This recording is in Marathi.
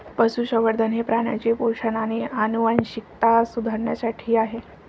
पशुसंवर्धन हे प्राण्यांचे पोषण आणि आनुवंशिकता सुधारण्यासाठी आहे